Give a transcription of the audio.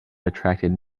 attracted